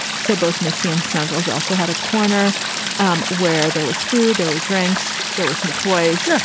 so both misty and snuggles also had a corner um where there was food, there were drinks, there were some toys,